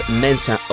mensa